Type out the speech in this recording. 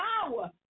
power